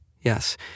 Yes